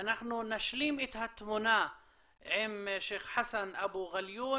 אנחנו נשלים את התמונה עם שייח' חסן אבו עליון